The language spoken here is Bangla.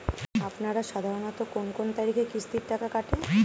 আপনারা সাধারণত কোন কোন তারিখে কিস্তির টাকা কাটে?